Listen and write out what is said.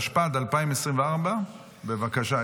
התשפ"ד 2024. בבקשה,